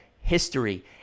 history